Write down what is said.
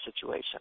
situation